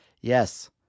Yes